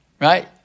right